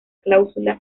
cláusula